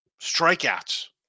Strikeouts